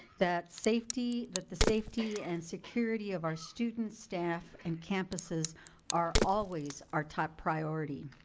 that safety, that the safety and security of our students, staff, and campuses are always our top priority.